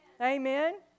amen